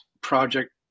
project